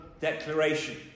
declaration